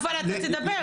אבל אתה תדבר.